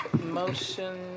Motion